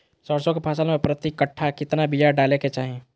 सरसों के फसल में प्रति कट्ठा कितना बिया डाले के चाही?